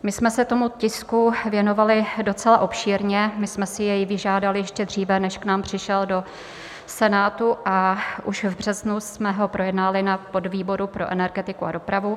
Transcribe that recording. My jsme se tomu tisku věnovali docela obšírně, my jsme si jej vyžádali ještě dříve, než k nám přišel do Senátu, a už v březnu jsme ho projednali na podvýboru pro energetiku a dopravu.